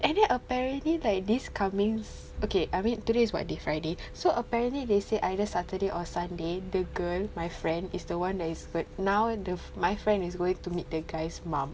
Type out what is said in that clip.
and then apparently like this coming okay I mean today is what day Friday so apparently they say either Saturday or Sunday the girl my friend is the one that is now my friend is going to meet the guy's mum